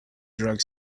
drug